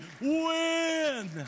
win